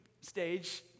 stage